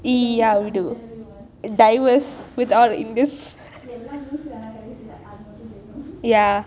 ya ya ya diverse without in this